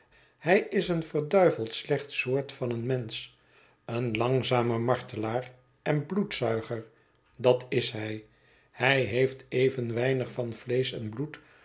hij is een verduiveld slecht soort van een mensch een langzame martelaar en bloedzuiger dat is hij hij heeft even weinig van vleesch en bloed